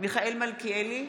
מיכאל מלכיאלי,